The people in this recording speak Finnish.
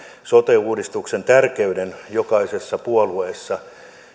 sote uudistuksen tärkeyden jokaisessa puolueessa